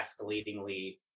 escalatingly